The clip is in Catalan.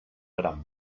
gram